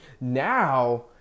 now